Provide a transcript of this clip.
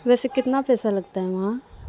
ویسے کتنا پیسہ لگتا ہے وہاں